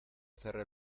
cerré